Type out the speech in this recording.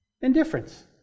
Indifference